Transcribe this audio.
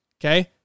Okay